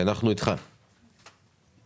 בקשה של חברי הכנסת,